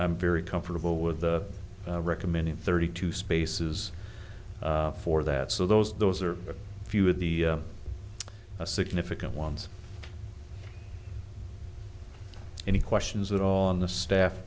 i'm very comfortable with the recommended thirty two spaces for that so those those are a few of the a significant ones any questions at all on the staff